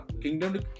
Kingdom